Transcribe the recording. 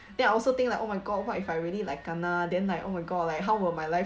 then I also think like oh my god what if I really like kena then like oh my god like how will my life